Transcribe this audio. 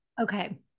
Okay